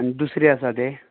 आनी दुसरे आसा ते